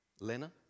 Lena